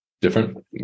different